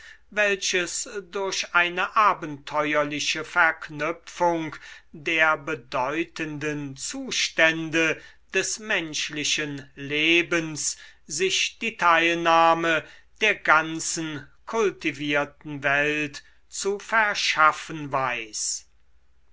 welches durch eine abenteuerliche verknüpfung der bedeutenden zustände des menschlichen lebens sich die teilnahme der ganzen kultivierten welt zu verschaffen weiß